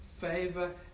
favor